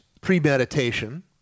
premeditation